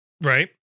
Right